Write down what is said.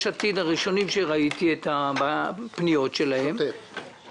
עתיד הן הראשונות שראיתי פניות שלהן